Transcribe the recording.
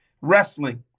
wrestling